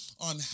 on